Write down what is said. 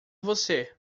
você